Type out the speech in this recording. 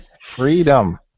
Freedom